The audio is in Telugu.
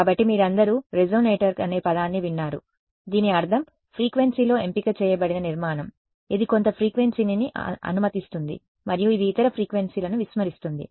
కాబట్టి మీరందరూ రెసొనేటర్ అనే పదాన్ని విన్నారు దీని అర్థం ఫ్రీక్వెన్సీలో ఎంపిక చేయబడిన నిర్మాణం ఇది కొంత ఫ్రీక్వెన్సీని అనుమతిస్తుంది మరియు ఇది ఇతర ఫ్రీక్వెన్సీలను విస్మరిస్తుంది